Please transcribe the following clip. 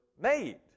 made